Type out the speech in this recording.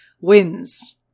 wins